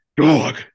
Dog